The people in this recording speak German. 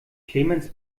clemens